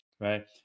right